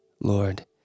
Lord